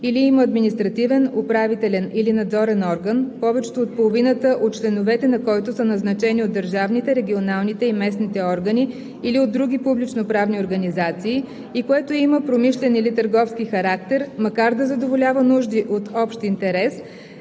или има административен, управителен или надзорен орган, повечето от половината от членовете на който са назначени от държавните, регионалните или местните органи или от други публичноправни организации, и което има промишлен или търговски характер, макар да задоволява нужди от общ интерес,